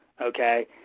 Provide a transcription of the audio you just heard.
okay